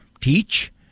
Teach